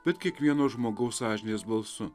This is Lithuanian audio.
bet kiekvieno žmogaus sąžinės balsu